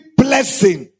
blessing